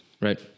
Right